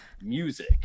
music